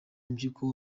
impyiko